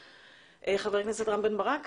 ח"כ רם בן ברק.